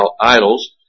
idols